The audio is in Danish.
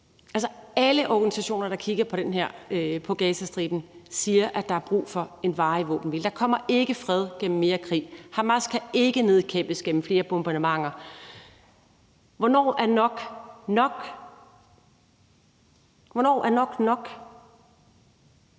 Alle organisationer, der kigger på Gazastriben, siger, at der er brug for en varig våbenhvile. Der kommer ikke fred gennem mere krig. Hamas kan ikke nedkæmpes gennem flere bombardementer. Hvornår er nok nok? Hvornår er nok nok? Hvad